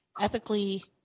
ethically